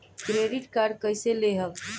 Credit card कईसे लेहम?